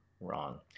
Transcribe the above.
wrong